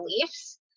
beliefs